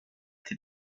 till